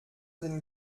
den